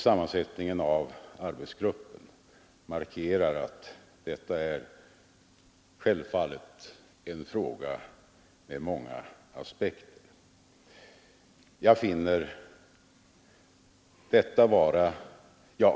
Sammansättningen av arbetsgruppen markerar att detta, självfallet, är en fråga med många aspekter.